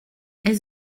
est